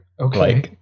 Okay